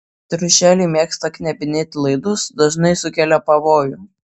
triušeliai mėgsta knebinėti laidus dažnai sukelia pavojų